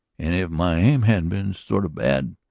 and if my aim hadn't been sort of bad,